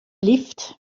lift